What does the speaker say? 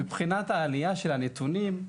מבחינת העלייה של הנתונים,